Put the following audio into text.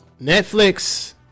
Netflix